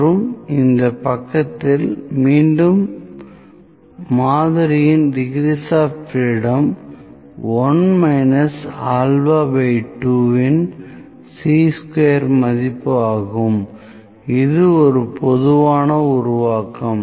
மற்றும் இந்த பக்கத்தில் மீண்டும் மாதிரியின் டிக்ரீஸ் ஆப் பிரீடம் 1 α2 வின் சீ ஸ்கொயர் மதிப்பு ஆகும்இது ஒரு பொதுவான உருவாக்கம்